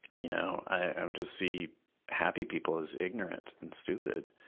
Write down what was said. you know i i just see happy people as ignorant and stupid.